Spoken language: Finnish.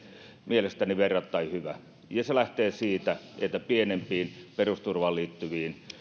mielestäni verrattain hyvä ja se lähtee siitä että pienimpiin perusturvaan liittyviin